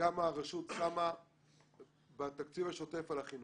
לכמה הרשות שמה בתקציב השוטף על החינוך.